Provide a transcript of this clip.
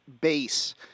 base